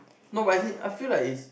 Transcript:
no but as in I feel like it's